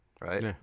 right